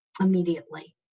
immediately